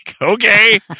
okay